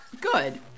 good